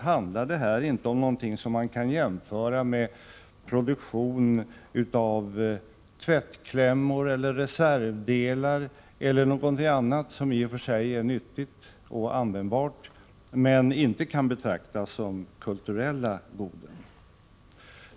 handlar det här inte om någonting som man kan jämföra med produktion av tvättklämmor eller reservdelar eller någonting annat, som i och för sig är nyttigt och användbart men som inte kan anses ha kulturell betydelse.